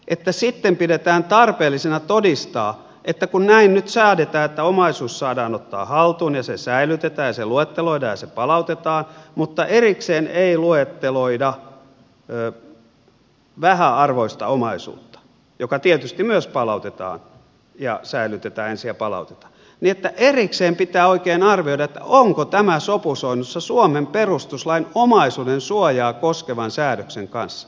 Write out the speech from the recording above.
mutta sitten pidetään tarpeellisena todistaa erikseen pitää oikein arvioida onko tämä sopusoinnussa suomen perustuslain omaisuudensuojaa koskevan säädöksen kanssa kun näin nyt säädetään että omaisuus saadaan ottaa haltuun ja se säilytetään ja se luetteloidaan ja se palautetaan mutta erikseen ei luetteloida vähäarvoista omaisuutta joka tietysti myös säilytetään ensin ja säilytettäisiin palautetta niinpä erikseen pitää oikein arvioida onko tämä sopusoinnussa suomen perustuslain omaisuudensuojaa koskevan säädöksen palautetaan